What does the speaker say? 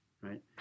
right